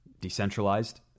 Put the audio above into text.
decentralized